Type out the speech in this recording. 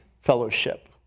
fellowship